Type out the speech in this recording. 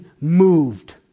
moved